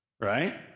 right